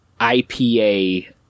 IPA